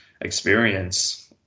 experience